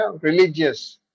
religious